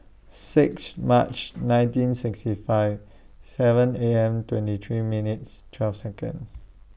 six March nineteen sixty five seven A M twenty three minutes twelve Second